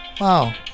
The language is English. wow